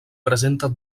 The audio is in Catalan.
presenta